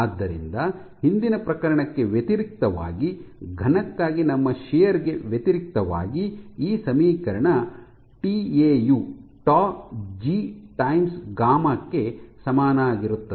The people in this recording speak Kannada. ಆದ್ದರಿಂದ ಹಿಂದಿನ ಪ್ರಕರಣಕ್ಕೆ ವ್ಯತಿರಿಕ್ತವಾಗಿ ಘನಕ್ಕಾಗಿ ನಮ್ಮ ಶಿಯರ್ ಗೆ ವ್ಯತಿರಿಕ್ತವಾಗಿ ಈ ಸಮೀಕರಣ ಟಿಎಯು ಜಿ ಟೈಮ್ಸ್ ಗಾಮಾ ಕ್ಕೆ ಸಮಾನವಾಗಿರುತ್ತದೆ